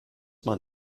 man